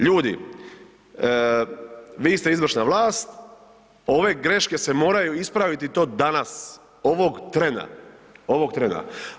Ljudi, vi ste izvršna vlast, ove greške se moraju ispraviti i to danas, ovog trena, ovog trena.